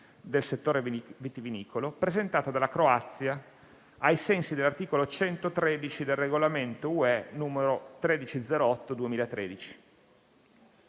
del settore vitivinicolo presentata dalla Croazia, ai sensi dell'articolo 113 del Regolamento UE n. 1308 del 2013.